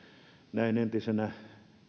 näin entisenä